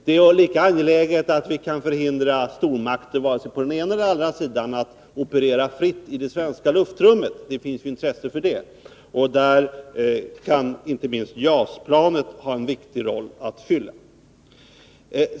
Det är lika angeläget att vi kan förhindra att stormakter, vare sig de hör till den ena eller den andra sidan, opererar fritt i det svenska luftrummet — och det finns intresse för det. Inte minst JAS-planet kan spela en viktig roll i detta sammanhang.